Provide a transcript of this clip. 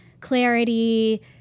clarity